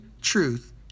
truth